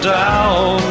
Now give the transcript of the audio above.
down